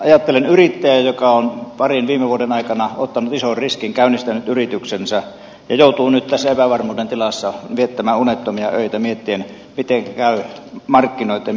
ajattelen yrittäjää joka on parin viime vuoden aikana ottanut ison riskin käynnistänyt yrityksensä ja joutuu nyt tässä epävarmuuden tilassa viettämään unettomia öitä miettien miten käy markkinoitten miten käy rahan